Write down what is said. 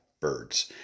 birds